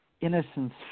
innocence